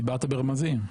דיברת ברמזים.